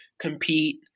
compete